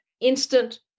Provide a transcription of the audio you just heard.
instant